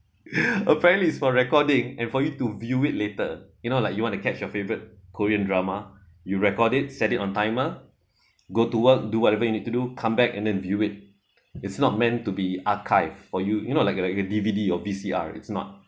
apparently is for recording and for you to view it later you know like you want to catch your favorite korean drama you record it set it on timer go to work do whatever you need to do come back and then view it it's not meant to be archived for you you know like a like a D_V_D or V_C_R it's not